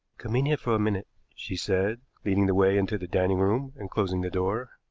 come in here for a minute, she said, leading the way into the dining-room and closing the door.